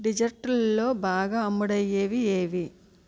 డిజర్టుల్లో బాగా అమ్ముడయ్యేవి ఏవి